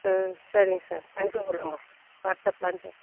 ஆ சரிங்க சார் அனுப்பிவிட்றேங்க வாட்ஸ்அப்பில் அனுப்பிவிட்றேன்